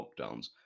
lockdowns